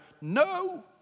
No